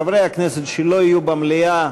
חברי כנסת שלא יהיו במליאה